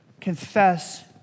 confess